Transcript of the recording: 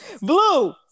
blue